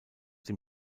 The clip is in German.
dem